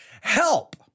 help